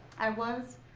i was,